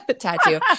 tattoo